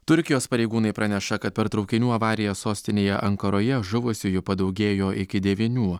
turkijos pareigūnai praneša kad per traukinių avariją sostinėje ankaroje žuvusiųjų padaugėjo iki devynių